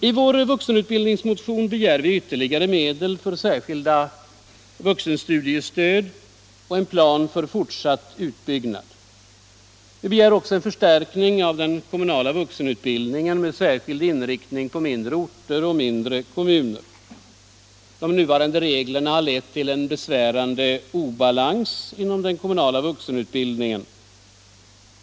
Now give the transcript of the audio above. I vår vuxenutbildningsmotion begär vi ytterligare medel för särskilda vuxenstudiestöd och en plan för fortsatt utbyggnad. Vi begär också en förstärkning av den kommunala vuxenutbildningen med särskild inriktning på mindre orter och mindre kommuner. De nuvarande reglerna har lett till en besvärande obalans inom den kommunala vuxenutbildningen.